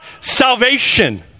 salvation